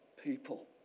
people